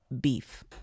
beef